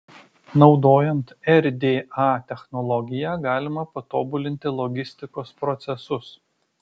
naudojant rda technologiją galima patobulinti logistikos procesus